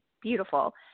beautiful